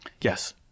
Yes